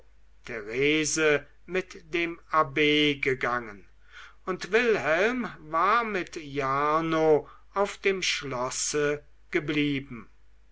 therese mit dem abb gegangen und wilhelm war mit jarno auf dem schlosse geblieben